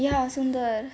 ya sundar